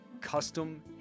custom